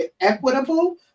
equitable